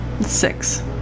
six